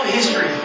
history